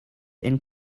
and